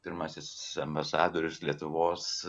pirmasis ambasadorius lietuvos